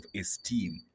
esteem